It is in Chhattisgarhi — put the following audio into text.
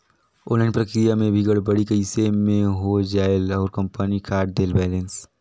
ऑनलाइन प्रक्रिया मे भी गड़बड़ी कइसे मे हो जायेल और कंपनी काट देहेल बैलेंस?